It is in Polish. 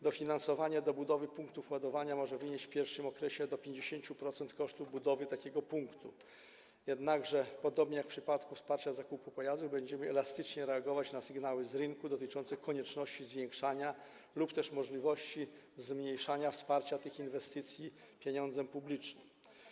Dofinansowanie budowy punktów ładowania może wynieść w pierwszym okresie do 5% kosztów budowy takiego punktu, jednakże podobnie jak w przypadku wsparcia zakupu pojazdu będziemy elastycznie reagować na sygnały z rynku dotyczące konieczności zwiększania lub też możliwości zmniejszania wsparcia tych inwestycji z pieniędzy publicznych.